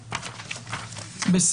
הלאה.